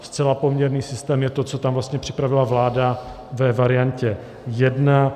Zcela poměrný systém je to, co tam vlastně připravila vláda ve variantě jedna.